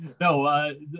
No